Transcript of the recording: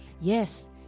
Yes